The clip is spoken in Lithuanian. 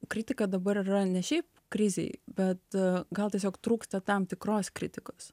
kritika dabar yra ne šiaip krizėje bet gal tiesiog trūksta tam tikros kritikos